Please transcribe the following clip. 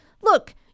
look